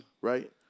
Right